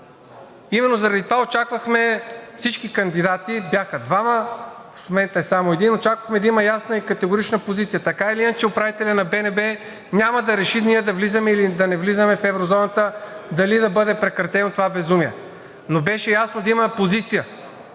Именно заради това очаквахме всички кандидати – бяха двама, в момента е само един, но очаквахме да има ясна и категорична позиция. Така или иначе управителят на БНБ няма да реши ние да влизаме, или да не влизаме в еврозоната, дали да бъде прекратено това безумие, но беше ясно да има позиция,